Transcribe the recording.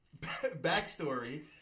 backstory